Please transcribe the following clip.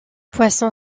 poisson